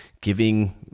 giving